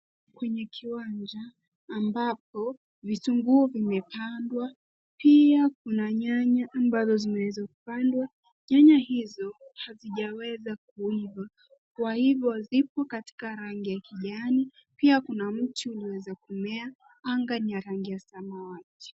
Kwenye kiwanja ambapo vitunguu vimepandwa, pia kuna nyanya ambao zimeweza kupandwa, nyanya hizo hazijaweza kuiva. Kwa hivyo zipo katika rangi ya kijana. Ipo mti ulioweza kumea. Anga ni ya rangi ya samawati.